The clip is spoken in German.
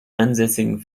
ansässigen